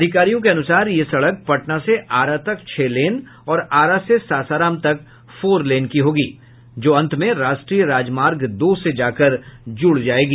अधिकारियों के अनुसार यह सड़क पटना से आरा तक छह लेन और आरा से सासाराम तक फोरलेन की होगी जो अंत में राष्ट्रीय राजमार्ग दो से जाकर जुड़ जायेगी